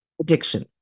addiction